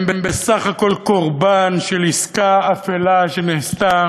הם בסך הכול קורבן של עסקה אפלה שנעשתה